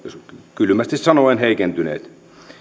kylmästi sanoen heikentyneet